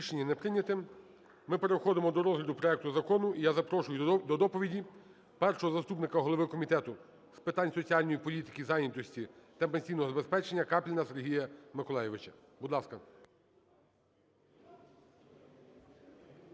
Рішення не прийнято. Ми переходимо до розгляду проекту закону. І я запрошую до доповіді першого заступника голови Комітету з питань соціальної політики, зайнятості та пенсійного забезпечення Капліна Сергія Миколайовича. Будь ласка.